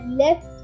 left